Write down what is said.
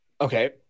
Okay